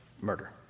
murder